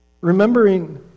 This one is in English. remembering